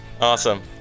Awesome